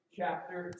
chapter